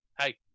Hey